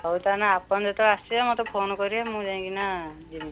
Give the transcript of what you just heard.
ହଉ ତା'ହେଲେ ଆପଣ ଯେତେବେଳେ ଆସିବେ ମୋତେ ଫୋନ କରିବେ ମୁଁ ଯାଇଁକି ନା